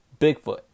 Bigfoot